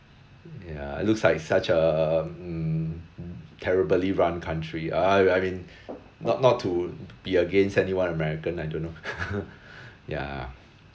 ya looks like such a mm terribly run country uh I I mean not not to be against anyone american I don't know ya